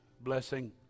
blessing